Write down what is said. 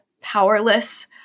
powerless